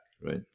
Right